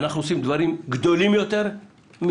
אנחנו עושים דברים גדולים יותר מזה.